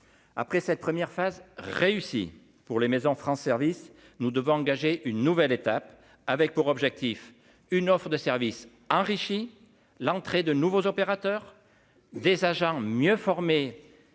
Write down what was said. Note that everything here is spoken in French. après cette première phase réussi pour les maisons, France, service, nous devons engager une nouvelle étape avec pour objectif une offre de services enrichis l'entrée de nouveaux opérateurs des agents mieux formés